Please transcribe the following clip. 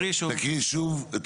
תקריאי שוב.